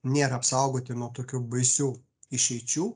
nėra apsaugoti nuo tokių baisių išeičių